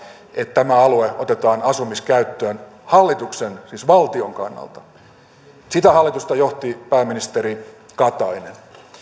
että tämä alue otetaan asumiskäyttöön hallituksen siis valtion kannalta sitä hallitusta johti pääministeri katainen